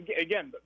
again